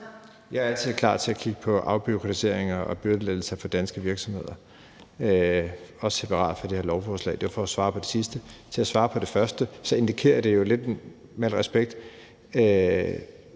Jeg er altid klar til at kigge på afbureaukratiseringer og byrdelettelser for danske virksomheder, også separat for det her lovforslag. Det var for at svare på det sidste spørgsmål. For at svare på det første spørgsmål vil jeg sige, at det jo med al respekt